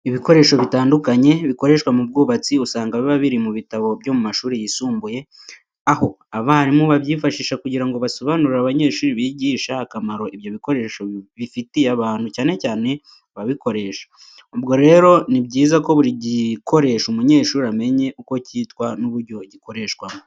Ibikoresho bitandukanye bikoreshwa mu bwubatsi usanga biba biri mu bitabo byo mu mashuri yisumbuye, aho abarimu babyifashisha kugira ngo basobanurire abanyeshuri bigisha akamaro ibyo bikoresho bifitiye abantu cyane cyane ababikoresha. Ubwo rero, ni byiza ko buri gikoresho umunyeshuri amenya uko cyitwa n'uburyo gikoreshwamo.